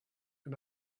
and